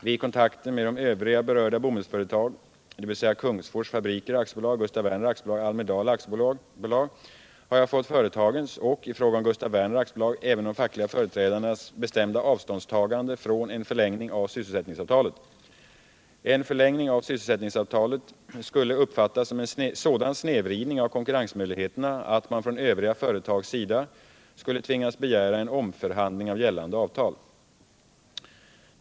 Vid kontakter med övriga berörda bomullsföretag, dvs. Kungsfors Fabriker AB, Gustaf Werner AB och Almedahl AB, har jag fått företagens — och i fråga om Gustaf Werner AB även de fackliga företrädarnas — bestämda avståndstagande från en förlängning av sysselsättningsavtalet. En förlängning av sysselsättningsavtalet skulle uppfattas som en sådan snedvridning av konkurrensmöjligheterna att man från övriga företags sida skulle tvingas begära en omförhandling av gällande avtal.